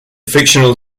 fictional